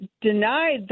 Denied